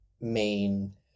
main